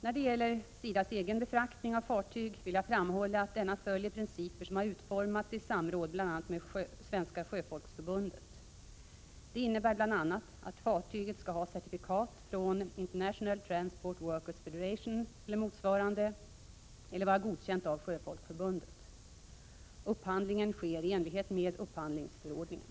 När det gäller SIDA:s egen befraktning av fartyg vill jag framhålla att denna följer principer som har utformats i samråd bl.a. med Svenska sjöfolksförbundet. Det innebär bl.a. att fartyget skall ha certifikat från International Transport Workers” Federation eller motsvarande, eller vara godkänt av Sjöfolksförbundet. Upphandlingen sker i enlighet med upphandlingsförordningen .